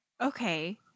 Okay